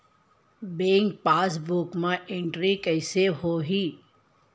Bank passbook मा entry कइसे होही?